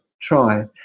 try